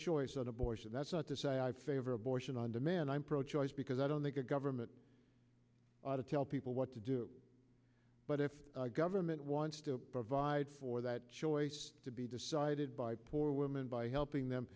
abortion that's not to say i favor abortion on demand i'm pro choice because i don't think a government ought to tell people what to do but if government wants to provide for that choice to be decided by poor women by helping them